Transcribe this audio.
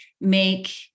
make